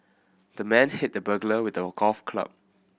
the man hit the burglar with a golf club